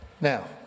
Now